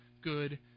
good